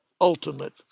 ultimate